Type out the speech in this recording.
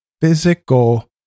physical